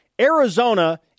Arizona